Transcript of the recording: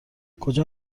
کجا